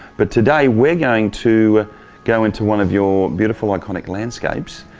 but today we are going to go into one of your beautiful iconic landscapes.